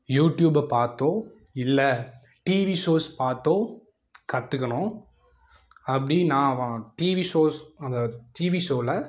யூடியூப்பை பார்த்தோ இல்லை டிவி ஷோஸ் பார்த்தோ கற்றுக்கணும் அப்படி நான் வா டிவி ஷோஸ் அந்த டிவி ஷோவில